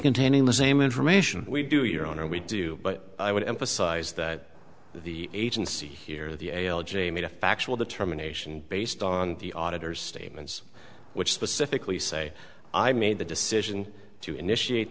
containing the same information we do your honor we do but i would emphasize that the agency here the a l j made a factual determination based on the auditor's statements which specifically say i made the decision to initiate